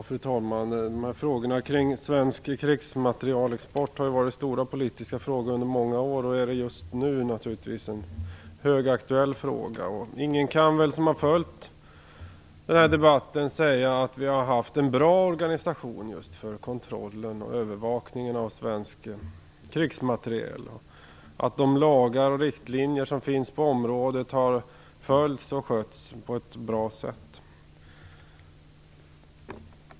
Fru talman! Frågorna kring svensk krigsmaterielexport har varit stora politiska frågor under många år. Just nu är det här naturligtvis en högaktuell fråga. Ingen som har följt den här debatten kan väl säga att vi har haft en bra organisation för kontrollen och övervakningen av svensk krigsmateriel eller att de lagar och riktlinjer som finns på området har följts och skötts på ett bra sätt.